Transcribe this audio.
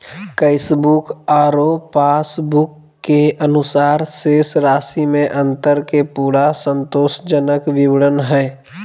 cashbook आरो passbook के अनुसार शेष राशि में अंतर के पूरा संतोषजनक विवरण हइ